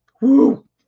Woo